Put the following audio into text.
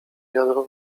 wiadro